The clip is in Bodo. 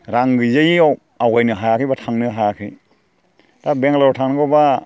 रां गैजायिआव आवगायनो हायाखै एबा थांनो हायाखै दा बेंगालराव थांनांगौबा